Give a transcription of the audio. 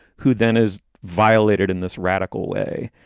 who then is violated in this radical way?